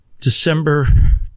December